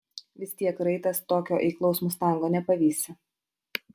vis tiek raitas tokio eiklaus mustango nepavysi